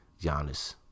Giannis